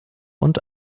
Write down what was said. und